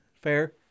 fair